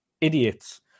idiots